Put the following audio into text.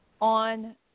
on